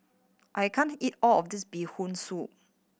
I can't eat all of this Bee Hoon Soup